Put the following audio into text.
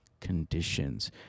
conditions